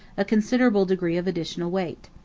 a considerable degree of additional weight.